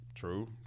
True